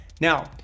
Now